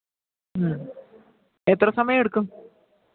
ഉം എത്ര സമയം എടുക്കും